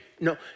no